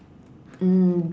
um